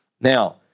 Now